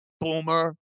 Boomer